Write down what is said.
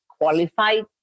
qualified